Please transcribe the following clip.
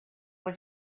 was